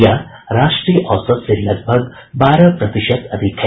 यह राष्ट्रीय औसत से लगभग बारह प्रतिशत अधिक है